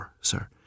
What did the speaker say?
sir